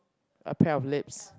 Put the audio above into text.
a pair of lips